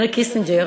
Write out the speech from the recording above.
הנרי קיסינג'ר,